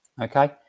Okay